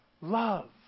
Love